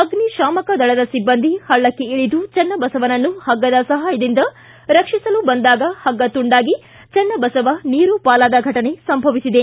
ಅಗ್ನಿ ಶಾಮಕದಳದ ಸಿಬ್ಬಂದಿ ಪಳ್ಳಕ್ಕೆ ಇಳಿದು ಚನ್ನಬಸವನನ್ನು ಪಗ್ಗದ ಸಹಾಯದಿಂದ ರಕ್ಷಿಸಲು ಬಂದಾಗ ಪಗ್ಗ ಶುಂಡಾಗಿ ಚನ್ನಬಸವ ನೀರು ಪಾಲಾದ ಘಟನೆ ಸಂಭವಿಸಿದೆ